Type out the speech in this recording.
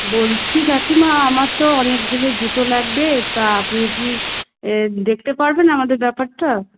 বলছি কাকিমা আমার তো অনেকগুলো জুতো লাগবে তা আপনি কি দেখতে পারবেন আমাদের ব্যাপারটা